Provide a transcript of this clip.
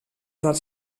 dels